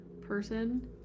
person